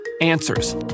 Answers